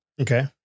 Okay